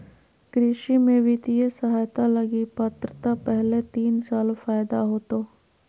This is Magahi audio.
कृषि में वित्तीय सहायता लगी पात्रता पहले तीन साल फ़ायदा होतो